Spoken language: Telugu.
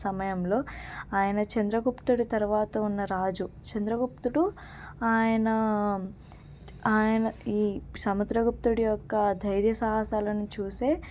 సమయంలో ఆయన చంద్రగుప్తుడి తర్వాత ఉన్న రాజు చంద్రగుప్తుడు ఆయన ఆయన ఈ సముద్రగుప్తుడు యొక్క ధైర్య సాహసాలను చూసే